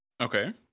Okay